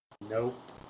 Nope